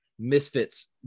misfits